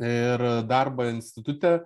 ir darbą institute